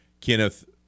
Kenneth